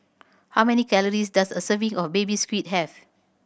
how many calories does a serving of Baby Squid have